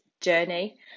journey